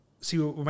See